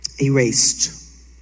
erased